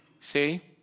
See